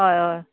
हय हय